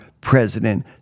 President